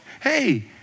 hey